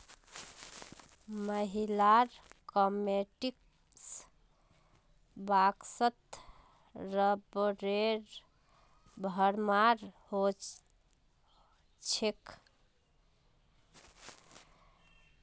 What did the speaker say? महिलार कॉस्मेटिक्स बॉक्सत रबरेर भरमार हो छेक